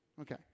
Okay